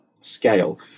scale